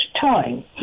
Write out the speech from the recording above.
time